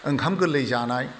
ओंखाम गोरलै जानाय